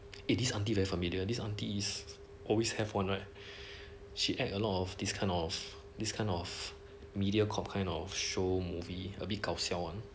eh this aunty very familiar this aunty is always have one right she act a lot of this kind of these kind of mediacorp kind of show movie a bit 搞笑 one